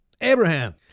Abraham